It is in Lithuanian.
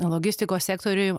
logistikos sektoriuj